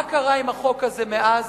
מה קרה עם החוק הזה מאז?